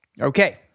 Okay